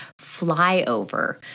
flyover